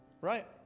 right